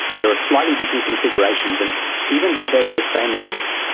they are of slightly different configurations, and even though they are the same length,